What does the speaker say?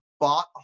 bought